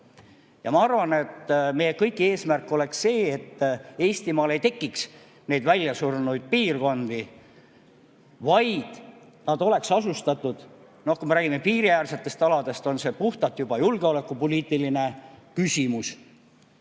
Ma arvan, et meie kõigi eesmärk on see, et Eestimaal ei tekiks välja surnud piirkondi, vaid [kogu maa] oleks asustatud. Kui me räägime piiriäärsetest aladest, siis on see puhtalt juba julgeolekupoliitiline küsimus.